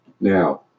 now